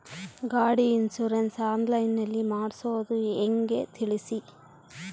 ಗಾಡಿ insurance online ನಲ್ಲಿ ಮಾಡ್ಸೋದು ಹೆಂಗ ತಿಳಿಸಿ?